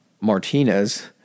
Martinez